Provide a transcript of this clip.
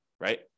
right